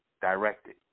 directed